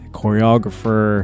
choreographer